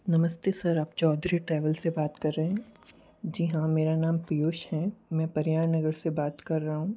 नमस्ते सर आप चौधरी ट्रैवल से बात कर रहें हैं जी हाँ मेरा नाम पीयूष हैं मैं पर्यान नगर से बात कर रहा हूँ